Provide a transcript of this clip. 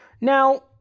Now